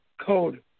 code